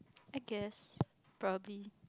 I guess probably